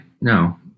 no